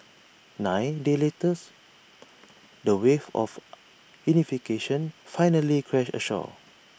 nine days letters the waves of unification finally crashed ashore